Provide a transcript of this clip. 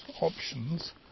options